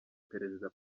perezida